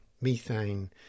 methane